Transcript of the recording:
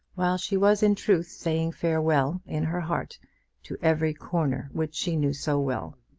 while she was in truth saying farewell in her heart to every corner which she knew so well.